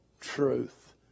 truth